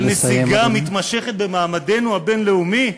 על נסיגה מתמשכת במעמדנו הבין-לאומי?